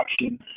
action